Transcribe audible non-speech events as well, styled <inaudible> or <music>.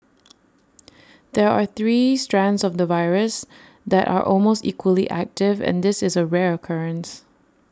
<noise> there are three strains of the virus that are almost equally active and this is A rare occurrence